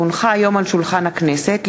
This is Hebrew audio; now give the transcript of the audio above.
כי הונחה היום על שולחן הכנסת,